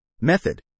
Method